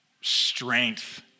strength